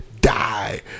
Die